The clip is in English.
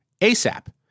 ASAP